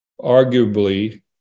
arguably